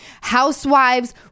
Housewives